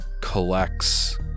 collects